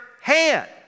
hand